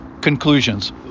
conclusions